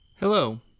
Hello